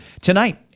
tonight